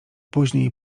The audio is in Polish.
później